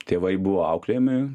tėvai buvo auklėjami